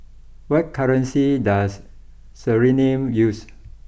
what currency does Suriname use